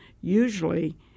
usually